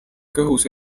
kõhus